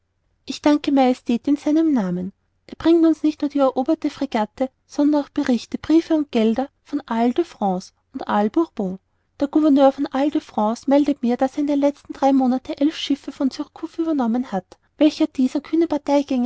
ich danke ew majestät in seinem namen er bringt uns nicht nur die eroberte fregatte sondern auch berichte briefe und gelder von isle de france und isle bourbon der gouverneur von isle de france meldet mir daß er in den letzten drei monaten elf schiffe von surcouf überkommen hat welche dieser kühne